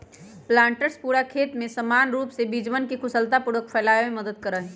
planters पूरा खेत में समान रूप से बीजवन के कुशलतापूर्वक फैलावे में मदद करा हई